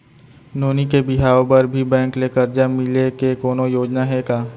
नोनी के बिहाव बर भी बैंक ले करजा मिले के कोनो योजना हे का?